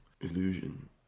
Illusion